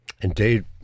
Indeed